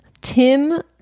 tim